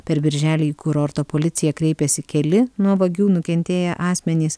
per birželį į kurorto policiją kreipėsi keli nuo vagių nukentėję asmenys